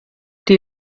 die